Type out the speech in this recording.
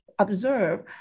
observe